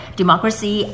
democracy